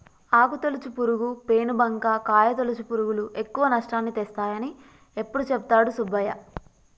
ఆకు తొలుచు పురుగు, పేను బంక, కాయ తొలుచు పురుగులు ఎక్కువ నష్టాన్ని తెస్తాయని ఎప్పుడు చెపుతాడు సుబ్బయ్య